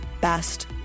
best